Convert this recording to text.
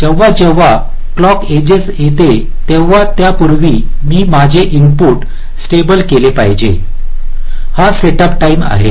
जेव्हा जेव्हा clock edges येते तेव्हा त्यापूर्वी मी माझे इनपुट स्टेबल केले पाहिजे हा सेटअप टाईमआहे